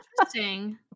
Interesting